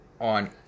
on